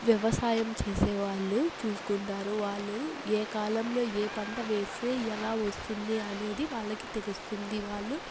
వ్యవసాయం చేసేవాళ్ళు చూసుకుంటారు వాళ్ళు ఏ కాలంలో ఏ పంట వేస్తె ఎలా వస్తుంది అనేది వాళ్ళకి తెలుస్తుంది వాళ్ళు